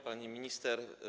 Pani Minister!